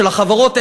של החברות,